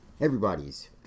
everybody's